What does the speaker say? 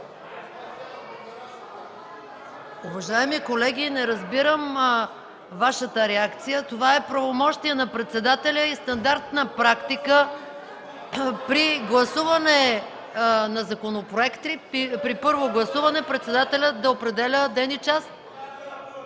Уважаеми колеги, не разбирам Вашата реакция. Това е правомощие на председателя и стандартна практика – при първо гласуване на законопроекти председателят да определя ден и час.